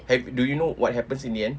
have do you know what happens in the end